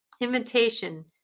invitation